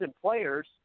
players